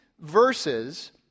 verses